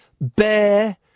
bear